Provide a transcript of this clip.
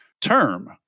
term